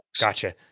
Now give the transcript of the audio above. Gotcha